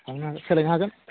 थांनो सोलायनो हागोन